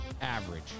average